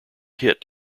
hit